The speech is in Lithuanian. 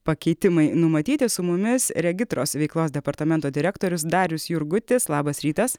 pakeitimai numatyti su mumis regitros veiklos departamento direktorius darius jurgutis labas rytas